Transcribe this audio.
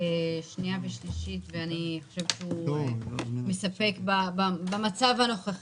שנייה ושלישית ואני חושבת שהוא מספק במצב הנוכחי.